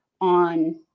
on